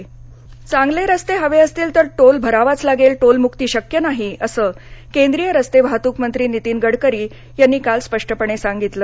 toll Gadkari चांगले रस्ते हवे असतील तर टोल भरावाच लागेल टोलमुक्ती शक्य नाही असं केंद्रीय रस्ते वाहतुक मंत्री नीतीन गडकरी यांनी काल स्पष्टपणे सांगितलं